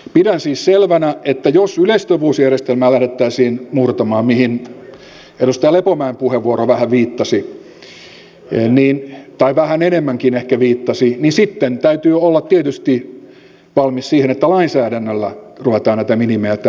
pidän siis selvänä että jos yleissitovuusjärjestelmää lähdettäisiin murtamaan mihin edustaja lepomäen puheenvuoro vähän viittasi tai ehkä vähän enemmänkin viittasi niin sitten täytyy olla tietysti valmis siihen että lainsäädännöllä ruvetaan näitä minimejä täällä päättämään